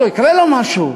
או שיקרה לו משהו.